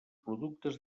productes